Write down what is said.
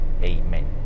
Amen